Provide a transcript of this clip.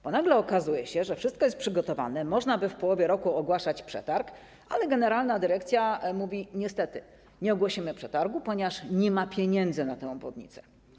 Bo nagle okazuje się, że wszystko jest przygotowane, można by w połowie roku ogłaszać przetarg, ale generalna dyrekcja mówi: niestety nie ogłosimy przetargu, ponieważ nie ma pieniędzy na tę obwodnicę.